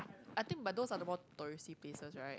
I think but those are the most touristy places right